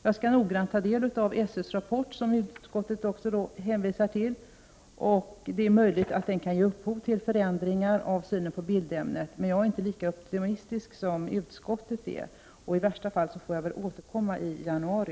Jag skall noggrant ta del av SÖ:s rapport, som utskottet hänvisar till. Det är möjligt att den kan ge upphov till förändringar av synen på bildämnet. Men jag är inte lika optimistisk som utskottet. I värsta fall får jag väl återkomma i januari.